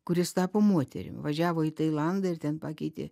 kuris tapo moterim važiavo į tailandą ir ten pakeitė